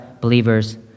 believers